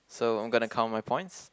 so I'm gonna count my points